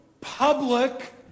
public